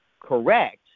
correct